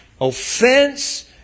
offense